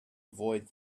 avoid